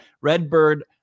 Redbird